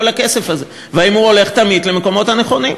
הכסף הזה ואם הוא הולך תמיד למקומות הנכונים.